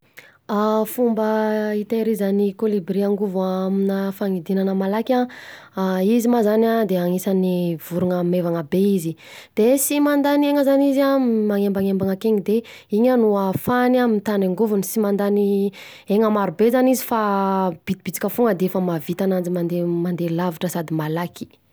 A fomba hitehirizan’ny kolibria angovo aminà fanidinana malaky an, izy ma zany an de anisan’ny vorona maivana be izy, de sy mandany aina zany izy an magnembagnembana akeny, de iny no afahany an mitana i angovony sy mandany aina marobe zany izy, fa bitibitika fogna defa mahavita ananjy mandeha, mandeha lavitra sady malaky.